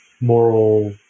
moral